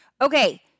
Okay